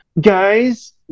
Guys